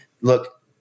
look